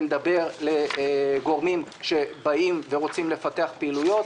זה מדבר על גורמים שבאים ורוצים לפתח פעילויות